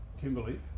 Kimberley